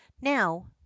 now